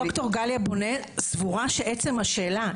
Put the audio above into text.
ד"ר גליה בונה סבורה שעצם השאלה,